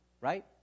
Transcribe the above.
right